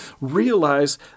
realize